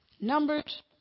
Numbers